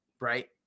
right